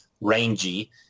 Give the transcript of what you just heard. rangy